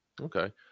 Okay